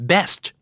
Best